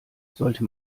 sollte